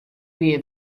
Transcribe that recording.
wie